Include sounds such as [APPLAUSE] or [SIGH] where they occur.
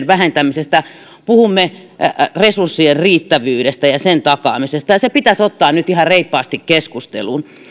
[UNINTELLIGIBLE] vähentämisestä vaan puhumme resurssien riittävyydestä ja sen takaamisesta se pitäisi ottaa nyt ihan reippaasti keskusteluun